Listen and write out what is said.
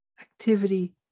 activity